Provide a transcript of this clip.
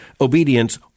obedience